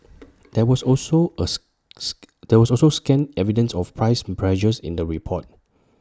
there was also us there was also scant evidence of price pressures in the report